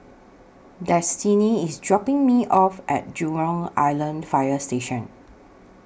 Destini IS dropping Me off At Jurong Island Fire Station